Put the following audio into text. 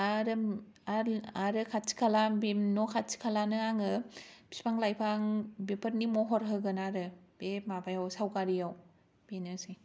आरो आरो आरो खाथि खाला बे न' खाथि खालानो आङो बिफां लाइफां बेफोरनि महर होगोन आरो बे माबायाव बे सावगारियाव बेनोसै